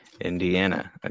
Indiana